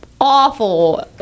awful